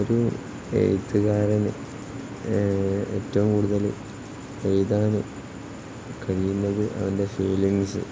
ഒരു എഴുത്തുകാരന് ഏറ്റവും കൂടുതല് എഴുതാന് കഴിയുന്നത് അവൻ്റെ ഫീലിംഗ്സ്